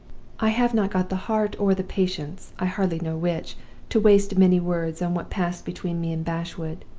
i have not got the heart or the patience i hardly know which to waste many words on what passed between me and bashwood.